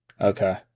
Okay